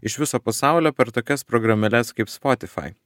iš viso pasaulio per tokias programėles kaip spotifai